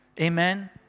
Amen